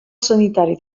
sanitari